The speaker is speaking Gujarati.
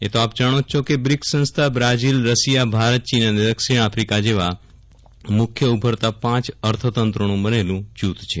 એ તો આપ જાણો જ છો કે બ્રિકસ સંસ્થા બ્રાઝીલરશિયાભારતચીન અને દક્ષિણ આફિકા જેવા મુખ્ય ઉભરતા પાંચ અર્થતંત્રોનું બનેલું જૂથ છે